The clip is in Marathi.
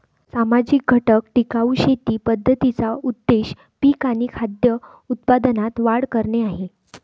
सामाजिक घटक टिकाऊ शेती पद्धतींचा उद्देश पिक आणि खाद्य उत्पादनात वाढ करणे आहे